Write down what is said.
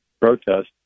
protest